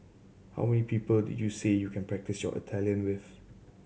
how many people did you say you can practise your Italian with